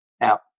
app